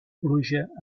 pluja